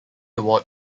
award